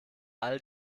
all